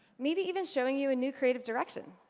maybe even showing you a new creative direction.